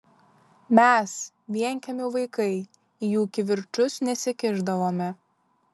mes vienkiemių vaikai į jų kivirčus nesikišdavome